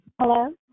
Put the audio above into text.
Hello